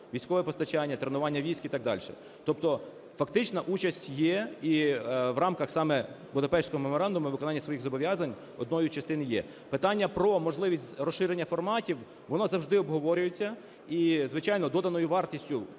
військове постачання, тренування військ і так далі. Тобто фактично участь є, і в рамках саме Будапештського меморандуму і виконання своїх зобов'язань одної частини є. Питання про можливість розширення форматів, воно завжди обговорюється, і, звичайно, доданою вартістю